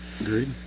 Agreed